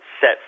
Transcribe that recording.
set